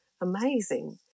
amazing